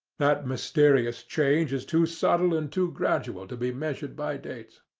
that mysterious change is too subtle and too gradual to be measured by dates.